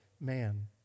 man